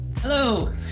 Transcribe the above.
Hello